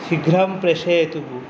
शीघ्रं प्रेषयतु भोः